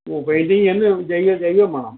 ഓ painting എന്ന് ചെയ്യാൻ ചെയ്യുക വേണം